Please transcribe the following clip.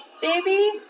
Baby